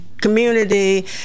community